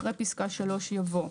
אחרי פסקה (3) יבוא: